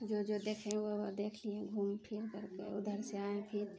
जो जो देखे वो वो देख लिए घूम फिर करके उधर से आए फिर